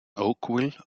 oakville